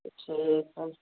ठीक है